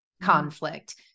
conflict